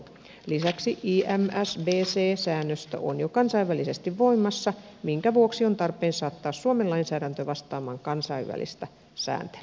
lisäksi imsbc säännöstö on jo kansainvälisesti voimassa minkä vuoksi on tarpeen saattaa suomen lainsäädäntö vastaamaan kansainvälistä sääntelyä